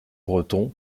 breton